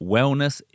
Wellness